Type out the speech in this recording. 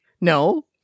No